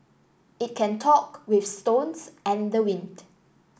it can talk with stones and the wind